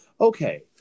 Okay